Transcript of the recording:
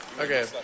Okay